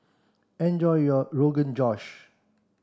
enjoy your Rogan Josh